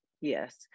Yes